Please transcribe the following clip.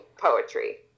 poetry